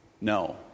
No